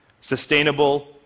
sustainable